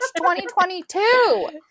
2022